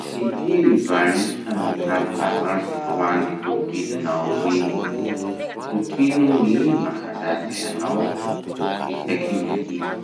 Impiry va iha mikalo latsantsy hoan'ny tobilinao igny? Hotrino gny mahazatsy anao isaky mivily?